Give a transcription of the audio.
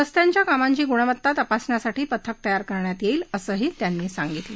रस्त्याच्या कामांची गुणवत्ता तपासण्यासाठी पथक तयार करण्यात येईल असं त्यांनी सांगितलं